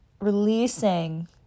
releasing